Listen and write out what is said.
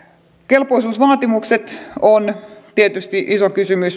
kelpoisuusvaatimukset on tietysti iso kysymys